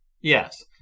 Yes